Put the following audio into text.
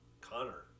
Connor